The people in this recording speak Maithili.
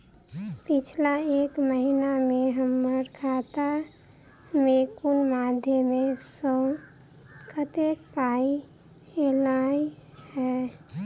पिछला एक महीना मे हम्मर खाता मे कुन मध्यमे सऽ कत्तेक पाई ऐलई ह?